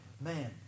man